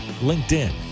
LinkedIn